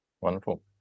Wonderful